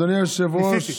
ניסיתי.